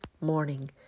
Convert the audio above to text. morning